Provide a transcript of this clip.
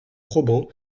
probants